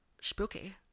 spooky